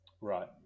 Right